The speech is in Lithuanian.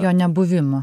jo nebuvimo